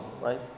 right